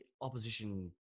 opposition